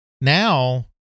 Now